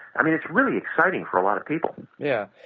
i mean it's really exciting for a lot of people yeah.